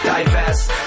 Divest